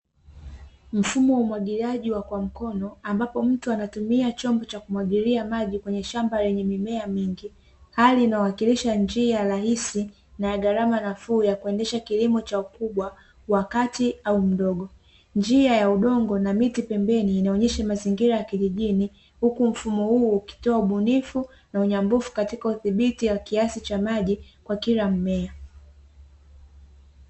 Mfumo wa umwagiliaji wa kwa mkono ambapo mtu anatumia chombo cha kumwagilia maji kwenye shamba lenye mimea mingi, hali inayowakilisha njia rahisi na ya gharama nafuu ya kuendesha kilimo cha ukubwa wa kati au mdogo njia ya udongo na miti pembeni ikionyesha mazingira ya kijijini huku mfumo huu ukitoa ubunifu na unyambufu wa udhibiti wa kiasi cha maji kwa kila mmea .